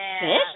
Fish